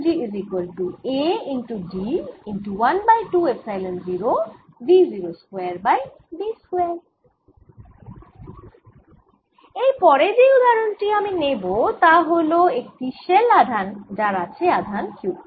এর পরে যেই উদাহরন আমি নেব তা হল একটি শেল আধান যার আছে আধান Q